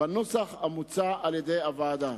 בנוסח המוצע על-ידי הוועדה.